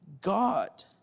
God